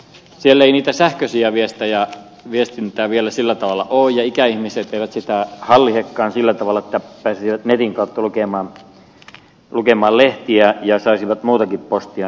siellä ei sitä sähköistä viestintää vielä sillä tavalla ole ja ikäihmiset eivät sitä hallitsekaan sillä tavalla että pääsisivät netin kautta lukemaan lehtiä ja saisivat muutakin postia